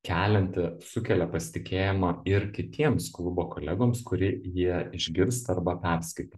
kelianti sukelia pasitikėjimą ir kitiems klubo kolegoms kurį jie išgirsta arba perskaito